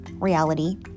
reality